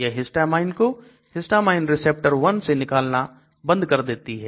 यह Histamine को Histamine receptor 1 से निकलना बंद कर देती है